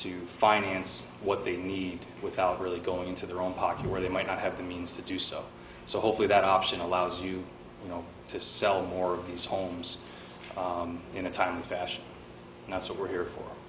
to finance what they need without really going to their own party where they might not have the means to do so so hopefully that option allows you know to sell more of these homes in a timely fashion and that's what we're here for